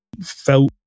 felt